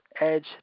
Edge